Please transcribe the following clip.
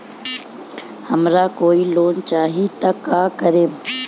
हमरा कोई लोन चाही त का करेम?